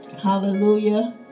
Hallelujah